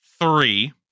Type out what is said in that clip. three